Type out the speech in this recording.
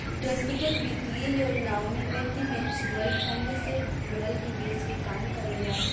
व्यक्तिगत वित्तीय योजनाओं में व्यक्ति म्यूचुअल फंड से जुड़ल निवेश के काम करेला